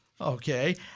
Okay